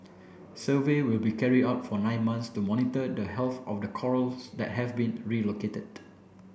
survey will be carried out for nine months to monitor the health of the corals that have been relocated